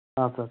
ಹಾಂ ಸರ್